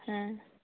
ᱦᱮᱸ